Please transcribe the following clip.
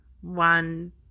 one